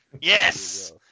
Yes